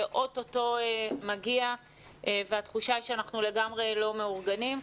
זה אוטוטו מגיע והתחושה שאנחנו לגמרי לא מאורגנים.